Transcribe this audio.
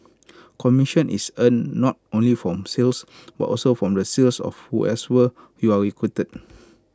commission is earned not only from sales but also from the sales of who S were you are recruited